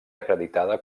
acreditada